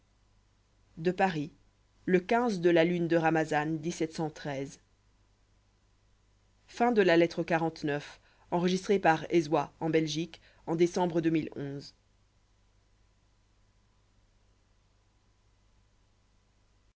à paris le de la lune de rhamazan lettre